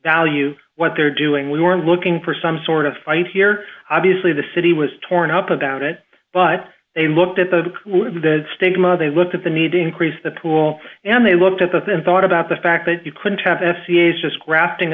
value what they're doing we were looking for some sort of fight here obviously the city was torn up about it but they looked at the stigma they looked at the need to increase the pool and they looked at the thin thought about the fact that you couldn't